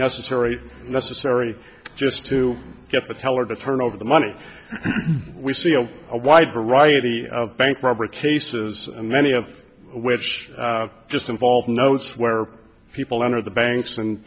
necessary necessary just to get the teller to turn over the money we see of a wide variety of bank robbery cases many of which just involve notes where people enter the banks and